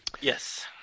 Yes